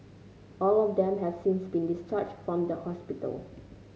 all of them have since been discharged from the hospital